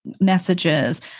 messages